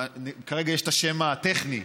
כרגע יש את השם הטכני,